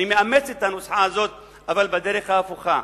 אני מאמץ את הנוסחה הזאת אבל בדרך ההפוכה.